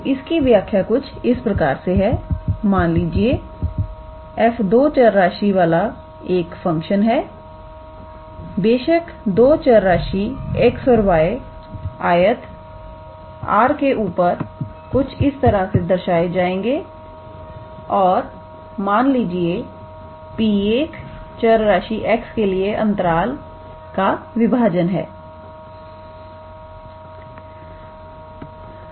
तो इसकी व्याख्या कुछ इस प्रकार से मान लीजिए f दो चर राशि वाला एक फंक्शन है बेशक दो चर राशि x और y आयत R के ऊपर कुछ इस तरह से दर्शाए जाएंगे 𝑎 𝑏 × 𝑐 𝑑 और मान लीजिए 𝑃1 चर राशि x के लिए अंतराल का विभाजन है